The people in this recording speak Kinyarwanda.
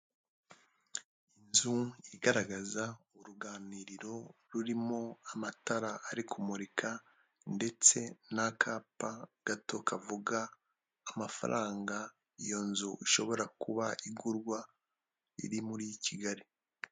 Inzu igaragaza uruganiriro rurimo amatara ari kumurika, ndetse n'akapa gato kavuga amafaranga iyo nzu ishobora kuba igurwa, iri muri Kigali.